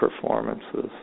performances